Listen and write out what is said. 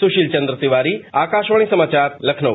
सुशील चंद्र तिवारी आकाशवाणी समाचार लखनऊ